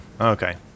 okay